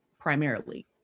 primarily